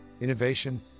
innovation